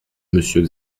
monsieur